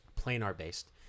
planar-based